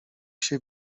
się